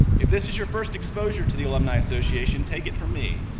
if this is your first exposure to the alumni association, take it from me,